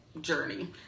journey